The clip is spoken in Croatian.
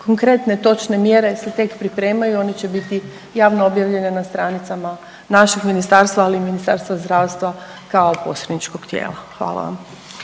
Konkretne točne mjere se tek pripremaju, one će biti javno objavljene na stranicama našeg ministarstva, ali i Ministarstva zdravstva kao posredničkog tijela. Hvala vam.